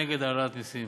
נגד העלאת מסים.